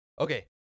Okay